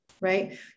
right